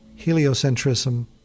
heliocentrism